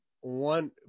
one